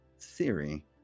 theory